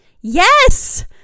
yes